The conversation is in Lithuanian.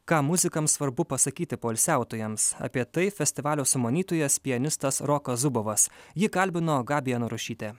ką muzikams svarbu pasakyti poilsiautojams apie tai festivalio sumanytojas pianistas rokas zubovas jį kalbino gabija narušytė